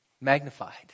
magnified